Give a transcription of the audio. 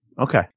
Okay